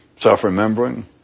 self-remembering